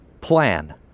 plan